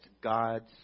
God's